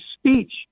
speech